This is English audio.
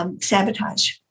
sabotage